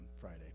Friday